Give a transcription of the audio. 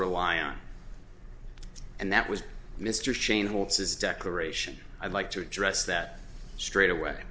rely on and that was mr shane holtz's declaration i'd like to address that straightaway